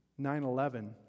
9-11